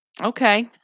okay